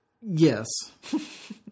Yes